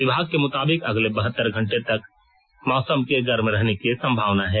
विभाग के मुताबिक अगले बहतर घंटे तक मौसम के गर्म रहने की संभावना है